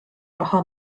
raha